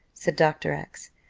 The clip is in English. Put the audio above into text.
said dr. x.